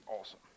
awesome